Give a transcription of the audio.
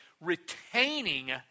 retaining